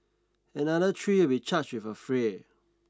another three will be charged with affray